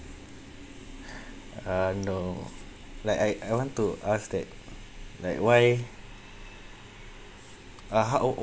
uh no like I I want to ask that like why uh how